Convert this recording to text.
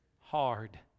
hard